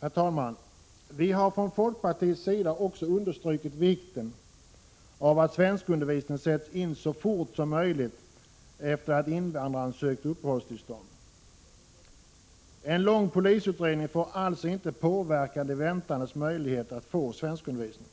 Herr talman! Vi har från folkpartiets sida också understrukit vikten av att svenskundervisningen sätts in så snart som möjligt efter det att invandraren sökt uppehållstillstånd. En lång polisutredning får alltså inte påverka de väntandes möjlighet att få svenskundervisning.